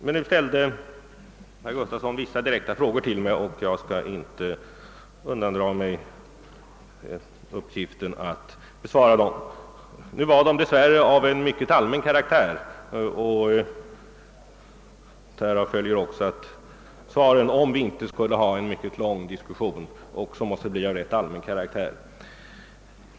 Men herr Gustafson i Göteborg ställde vissa direkta frågor till mig, och jag skall inte undandra mig att besvara dem. Frågorna var dess värre av mycket allmän karaktär, varför även svaren — om det inte skall bli en mycket lång diskussion — måste bli rätt allmänna.